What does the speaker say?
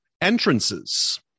Entrances